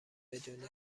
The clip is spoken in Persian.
بدونید